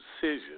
decision